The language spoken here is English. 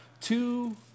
two